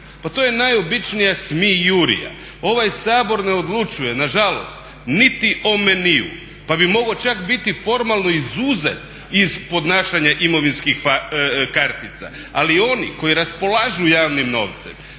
Pa to je najobičnija smijurija. Ovaj Sabor ne odlučuje nažalost niti o meniju, pa bi mogao čak biti formalno izuzet iz podnašanja imovinskih kartica, ali oni koji raspolažu javnim novcem,